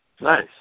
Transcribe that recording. Nice